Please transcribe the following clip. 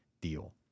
deal